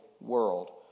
world